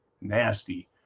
nasty